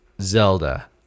Zelda